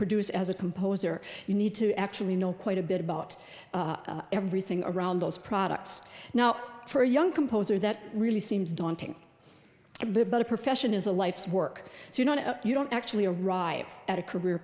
produce as a composer you need to actually know quite a bit about everything around those products now for a young composer that really seems daunting but a profession is a life's work so you know you don't actually arrive at a career